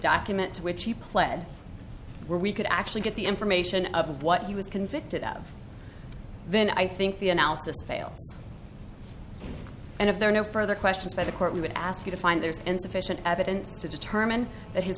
document to which he pled where we could actually get the information of what he was convicted of then i think the analysis fails and if there are no further questions by the court we would ask you to find there's insufficient evidence to determine that h